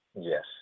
Yes